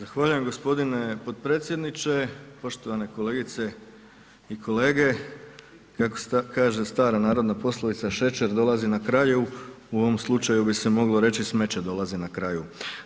Zahvaljujem g. potpredsjedniče, poštovane kolegice i kolege, kako kaže stara narodna poslovica, šećer dolazi na kraju, u ovom slučaju bi se moglo reći smeće dolazi na kraju.